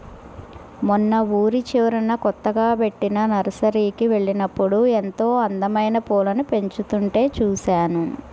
మొన్న ఊరి చివరన కొత్తగా బెట్టిన నర్సరీకి వెళ్ళినప్పుడు ఎంతో అందమైన పూలను పెంచుతుంటే చూశాను